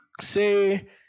Say